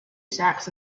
sacks